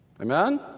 Amen